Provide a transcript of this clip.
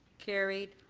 carried.